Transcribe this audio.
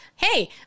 hey